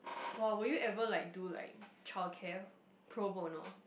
[wah] would you ever like do like childcare Pro-bono